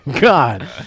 God